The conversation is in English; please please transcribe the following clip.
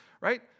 right